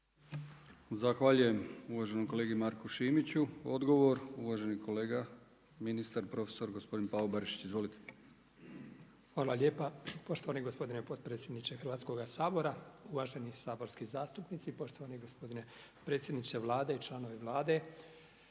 Zahvaljujem uvaženom kolegi Marku Šimiću. Odgovor, uvaženi kolega ministar, profesor gospodin Pavo Barišić Izvolite. **Barišić, Pavo** Hvala lijepa. Poštovani gospodin potpredsjedniče Hrvatskog sabora, uvaženi saborski zastupnici, poštovani gospodine predsjedniče Vlade i članovi Vlade.